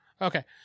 Okay